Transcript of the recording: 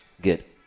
get